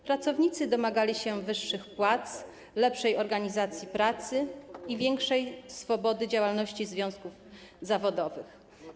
Pracownicy domagali się wyższych płac, lepszej organizacji pracy i większej swobody działalności związków zawodowych.